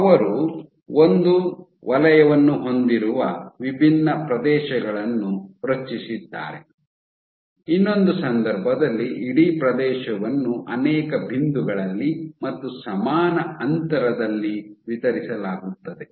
ಅವರು ನೀವು ಒಂದು ವಲಯವನ್ನು ಹೊಂದಿರುವ ವಿಭಿನ್ನ ಪ್ರದೇಶಗಳನ್ನು ರಚಿಸಿದ್ದಾರೆ ಇನ್ನೊಂದು ಸಂದರ್ಭದಲ್ಲಿ ಇದೇ ಪ್ರದೇಶವನ್ನು ಅನೇಕ ಬಿಂದುಗಳಲ್ಲಿ ಮತ್ತು ಸಮಾನ ಅಂತರದಲ್ಲಿ ವಿತರಿಸಲಾಗುತ್ತದೆ